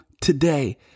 today